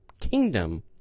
Kingdom